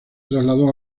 trasladó